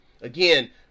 Again